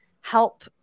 help